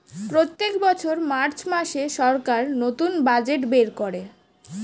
প্রত্যেক বছর মার্চ মাসে সরকার নতুন বাজেট বের করে